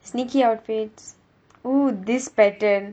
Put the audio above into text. sneaky outfits oh this pattern